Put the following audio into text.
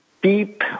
Deep